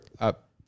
up